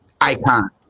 icon